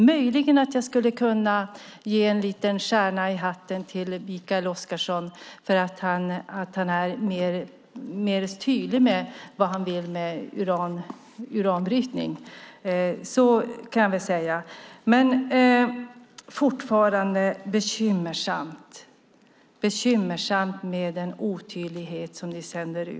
Möjligen kan jag ge en stjärna till Mikael Oscarsson för att han är mer tydlig med vad han vill med uranbrytning. Så kan jag säga. Men det är fortfarande bekymmersamt med den otydlighet ni sänder ut.